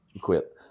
quit